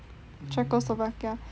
czechoslovakia